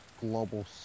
global